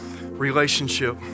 relationship